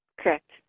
Correct